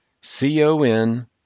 C-O-N